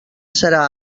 serà